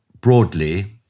broadly